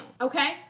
okay